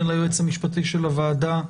עכשיו ליועץ המשפטי לוועדה,